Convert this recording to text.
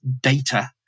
data